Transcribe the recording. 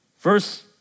Verse